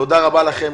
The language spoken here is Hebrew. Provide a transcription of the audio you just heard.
תודה רבה לכם.